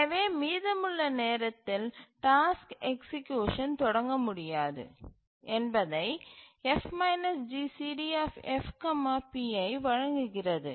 எனவே மீதமுள்ள நேரத்தில் டாஸ்க்கு எக்சீக்யூசன் தொடங்க முடியாது என்பதை F GCDF pi வழங்குகிறது